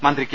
മന്ത്രി കെ